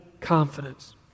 confidence